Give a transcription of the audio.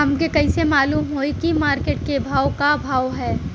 हमके कइसे मालूम होई की मार्केट के का भाव ह?